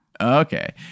Okay